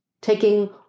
taking